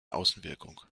außenwirkung